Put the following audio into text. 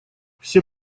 все